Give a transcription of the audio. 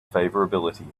favorability